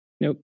nope